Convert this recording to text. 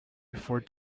for